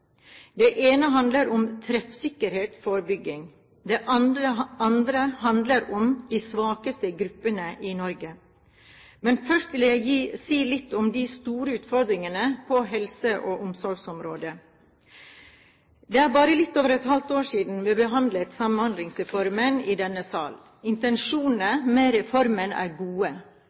Det ene handler om treffsikker forebygging. Det andre handler om de svakeste gruppene i Norge. Men først vil jeg si litt om de store utfordringene på helse- og omsorgsområdet. Det er bare litt over et halvt år siden vi behandlet Samhandlingsreformen i denne sal. Intensjonene med reformen er gode,